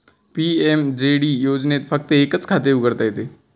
PMJD योजनेत फक्त एकच खाते उघडता येते